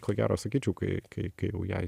ko gero sakyčiau kai kai kai jau jai